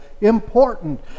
important